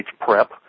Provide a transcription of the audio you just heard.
Prep